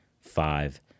five